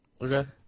okay